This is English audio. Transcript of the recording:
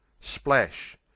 splash